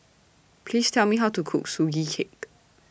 Please Tell Me How to Cook Sugee Cake